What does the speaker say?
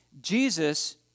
Jesus